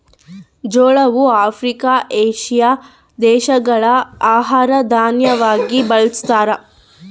ಜೋಳವು Africa, Asia ದೇಶಗಳ ಆಹಾರ ದಾನ್ಯವಾಗಿ ಬಳಸ್ತಾರ